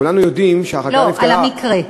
כולנו יודעים שהחקירה נפתחה, לא, על המקרה.